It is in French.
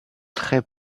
très